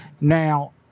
Now